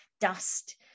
dust